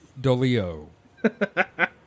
dolio